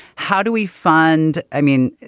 how do we fund? i mean,